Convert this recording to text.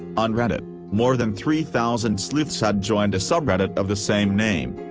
on reddit, more than three thousand sleuths had joined a subreddit of the same name.